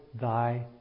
thy